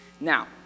Now